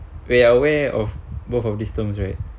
we're aware of both of these terms right